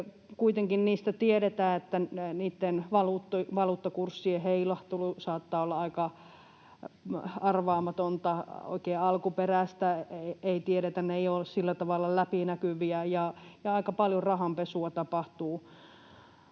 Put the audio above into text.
Kuitenkin niistä tiedetään, että niitten valuuttakurssien heilahtelu saattaa olla aika arvaamatonta. Alkuperästä ei oikein tiedetä, ne eivät ole sillä tavalla läpinäkyviä, ja aika paljon rahanpesua tapahtuu